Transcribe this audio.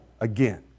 again